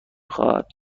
خواهد